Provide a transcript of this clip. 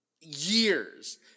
years